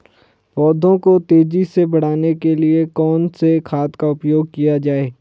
पौधों को तेजी से बढ़ाने के लिए कौन से खाद का उपयोग किया जाए?